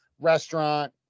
restaurant